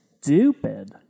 stupid